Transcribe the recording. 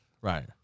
Right